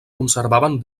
conservaven